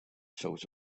felt